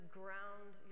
ground